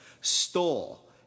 stole